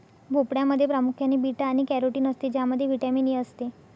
भोपळ्यामध्ये प्रामुख्याने बीटा आणि कॅरोटीन असते ज्यामध्ये व्हिटॅमिन ए असते